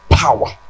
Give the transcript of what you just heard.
power